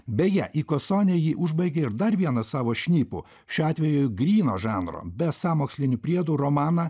beje į sonią ji užbaigė ir dar vieną savo šnipu šiuo atveju gryno žanro be sąmokslinių priedų romaną